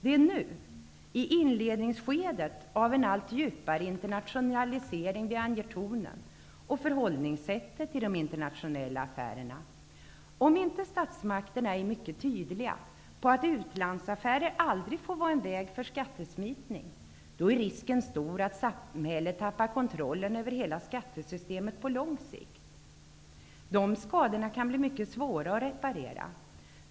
Det är nu, i inledningsskedet av en allt djupare internationalisering, som vi anger tonen och förhållningssättet till de internationella affärerna. Om inte statsmakterna är mycket tydliga när det gäller att utlandsaffärer aldrig får vara en väg för skattesmitning, är risken stor att samhället tappar kontrollen över hela skattesystemet på lång sikt. De skadorna kan bli mycket svåra att reparera.